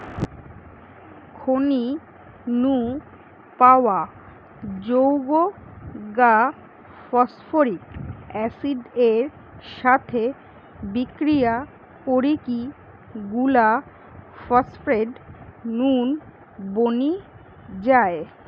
খনি নু পাওয়া যৌগ গা ফস্ফরিক অ্যাসিড এর সাথে বিক্রিয়া করিকি গুলা ফস্ফেট নুন বনি যায়